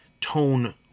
tone